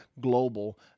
global